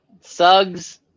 sugs